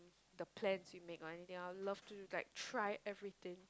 the plans we make one they are love to like try everything